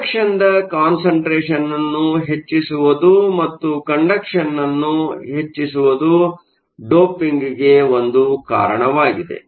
ಕಂಡಕ್ಷನ್ದ concentration ಅನ್ನು ಹೆಚ್ಚಿಸುವುದು ಮತ್ತು ಕಂಡಕ್ಷನ್ ಅನ್ನು ಹೆಚ್ಚಿಸುವುದು ಡೋಪಿಂಗ್ ಗೆ ಒಂದು ಕಾರಣವಾಗಿದೆ